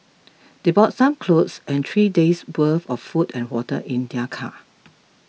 they brought some clothes and three days worth of food and water in their car